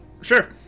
Sure